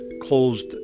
closed